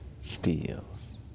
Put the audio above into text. steals